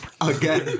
again